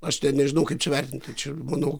aš nežinau kaip čia vertinti čia manau